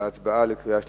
הצבעה בקריאה שלישית.